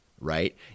right